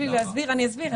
אני אסביר.